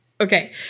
Okay